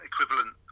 equivalent